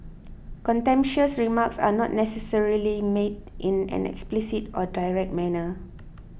contemptuous remarks are not necessarily made in an explicit or direct manner